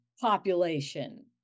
population